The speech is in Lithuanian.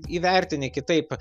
įvertini kitaip